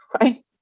right